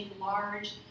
large